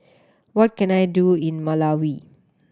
what can I do in Malawi